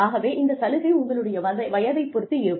ஆகவே இந்த சலுகை உங்களுடைய வயதைப் பொறுத்து இருக்கும்